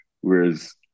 Whereas